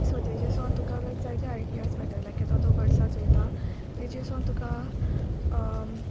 so तेजेसोन तुका like जायती आयडियास मेळटा लायक तेदो तूं बड्सा चोयता तेजेसोन तुका